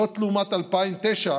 וזאת לעומת 2009,